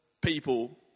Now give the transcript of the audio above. people